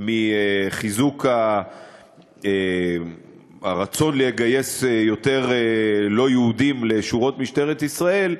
מחיזוק הרצון לגייס יותר לא-יהודים לשורות משטרת ישראל,